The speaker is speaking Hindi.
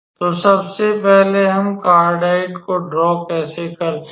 तो सबसे पहले हम कार्डियोइड को ड्रॉ कैसे करते हैं